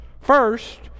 First